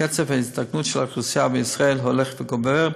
קצב ההזדקנות של האוכלוסייה בישראל הולך וגובר.